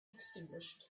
extinguished